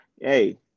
Hey